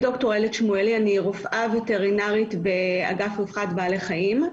אני רופאה וטרינרית באגף רווחת בעלי חיים.